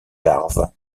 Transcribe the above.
larves